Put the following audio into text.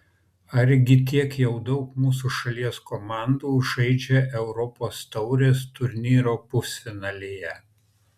argi tiek jau daug mūsų šalies komandų žaidžia europos taurės turnyro pusfinalyje